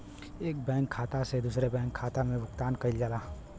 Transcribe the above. एक बैंक खाता से दूसरे बैंक खाता में भुगतान कइल जाला